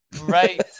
Right